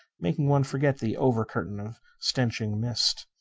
making one forget the over-curtain of stenching mist.